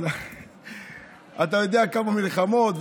אתה יודע כמה מלחמות,